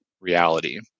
reality